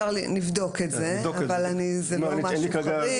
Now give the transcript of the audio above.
נבדוק את זה אבל זה לא משהו חריג.